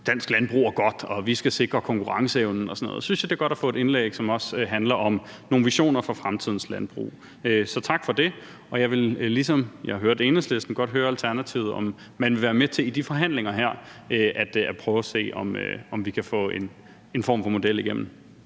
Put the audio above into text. dansk landbrug er godt, og at vi skal sikre konkurrenceevnen og sådan noget. Så synes jeg, det er godt at få et indlæg, som også handler om nogle visioner for fremtidens landbrug. Så tak for det, og jeg vil, ligesom jeg hørte Enhedslisten om det, godt høre Alternativet, om man i de her forhandlinger vil være med til at prøve at se på, om vi kan få en form for model igennem.